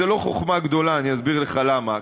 וזה לא חוכמה גדולה, אני אסביר לך למה.